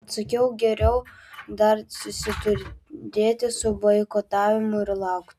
atsakiau geriau dar susiturėti su boikotavimu ir laukti